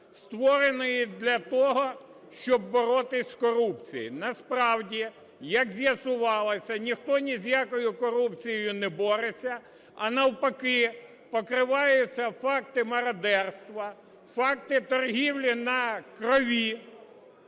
створеної для того, щоб боротися з корупцією. Насправді, як з'ясувалося, ніхто ні з якою корупцією не бореться, а навпаки, покриваються факти мародерства, факти "торгівлі на крові",